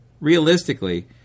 realistically